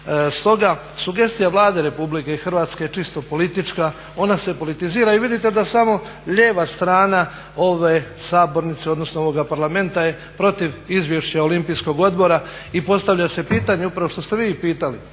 Stoga je sugestija Vlade RH čisto politička, ona se politizira i vidite da samo lijeva strana ove sabornice odnosno ovoga Parlamenta je protiv izvješća Olimpijskog odbora. I postavlja se pitanje upravo što ste i vi pitali,